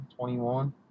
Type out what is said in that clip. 21